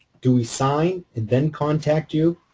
do we sign and then contact you?